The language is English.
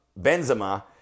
Benzema